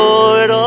Lord